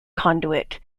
conduit